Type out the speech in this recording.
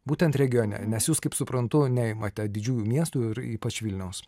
būtent regione nes jūs kaip suprantu neimate didžiųjų miestų ir ypač vilniaus